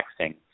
texting